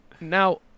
Now